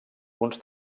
uns